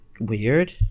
weird